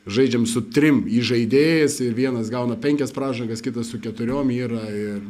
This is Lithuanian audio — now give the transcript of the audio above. žaidžiam su trim įžaidėjais ir vienas gauna penkias pražangas kitas su keturiom yra ir